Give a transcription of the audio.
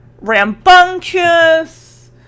rambunctious